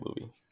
movie